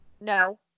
No